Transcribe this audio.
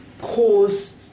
cause